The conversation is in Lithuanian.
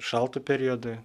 šaltu periodu